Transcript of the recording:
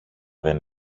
δεν